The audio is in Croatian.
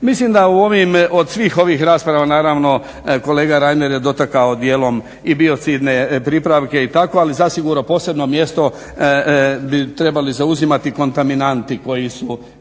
Mislim da u ovim od svih ovih rasprava naravno kolega Reiner je dotakao dijelom i biocidne pripravke i tako, ali zasigurno posebno mjesto bi trebali zauzimati kontaminanti koji su